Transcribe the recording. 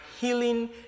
healing